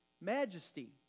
majesty